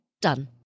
Done